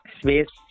space